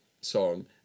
song